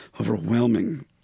overwhelming